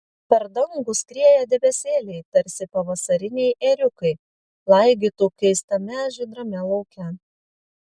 per dangų skrieja debesėliai tarsi pavasariniai ėriukai laigytų keistame žydrame lauke